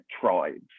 tribes